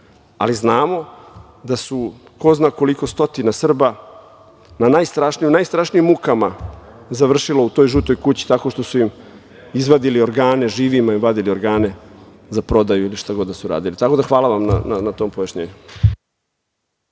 ali znamo da su ko zna koliko stotina Srba u najstrašnijim mukama završili u toj žutoj kući tako što su im izvadili organe, živima vadili organe za prodaju ili šta god da su radili. Tako da hvala vam na tom pojašnjenju.